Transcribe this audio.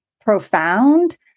profound